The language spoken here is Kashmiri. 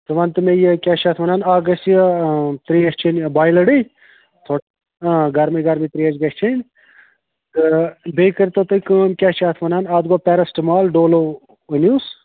ژٕ وَن تہٕ مےٚ یہِ کیٛاہ چھِ اَتھ ونان اَکھ گژھِ یہِ ترٛیش چیٚنۍ یا بایلٕڈٕے اۭں گَرمٕے گرمٕے ترٛیش گژھِ چیٚنۍ تہٕ بیٚیہِ کٔرۍتو تُہۍ کٲم کیٛاہ چھِ اَتھ ونان اَتھ گوٚو پٮ۪رٮ۪سٹٕمال ڈولو أنۍوُس